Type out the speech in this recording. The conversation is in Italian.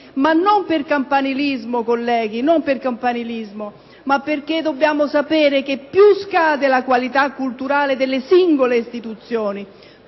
E non per campanilismo, colleghi, ma perché dobbiamo sapere che più scade la qualità culturale delle singole istituzioni,